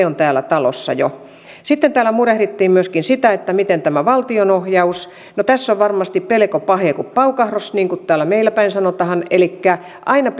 on täällä talossa jo sitten täällä murehdittiin myöskin että miten tämä valtionohjaus no tässä on varmasti peleko pahee ku paukahros niin kuin meilläpäin sanotahan elikkä aina